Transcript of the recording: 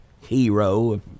hero